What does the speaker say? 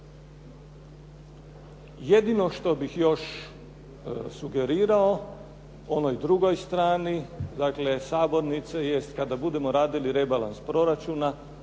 Jedino što bih još sugerirao onoj drugoj strani sabornice jest kada budemo radili rebalans proračuna